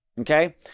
okay